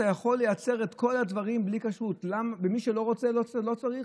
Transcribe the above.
אתה יכול לייצר את כל הדברים בלי כשרות ומי שלא רוצה לא צריך,